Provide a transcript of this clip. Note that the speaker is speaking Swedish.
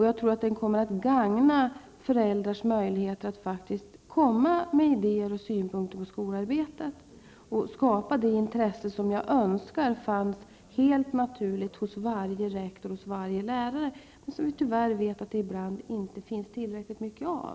Jag tror att den kommer att gagna föräldrars möjligheter att faktiskt komma med idéer och synpunkter på skolarbetet och skapa det intresse som jag önskar fanns naturligt hos varje rektor och hos varje lärare men som det ibland -- det vet vi -- inte finns tillräckligt mycket av.